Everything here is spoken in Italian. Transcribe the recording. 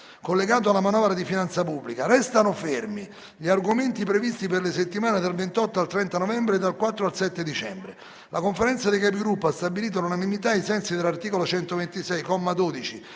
collegato alla manovra di finanza pubblica. Restano fermi gli argomenti previsti per le settimane dal 28 al 30 novembre e dal 4 al 7 dicembre. La Conferenza dei Capigruppo ha stabilito, all’unanimità, ai sensi dell’articolo 126,